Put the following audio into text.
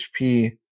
HP